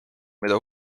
mida